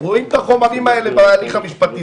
רואים את החומרים האלה בהליך המשפטי,